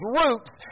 roots